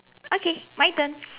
okay my turn